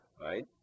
right